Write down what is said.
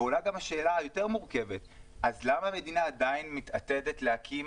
ועולה גם השאלה היותר מורכבת: אז למה המדינה עדיין מתעתדת להקים